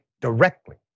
directly